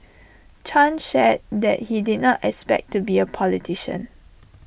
chan shared that he did not expect to be A politician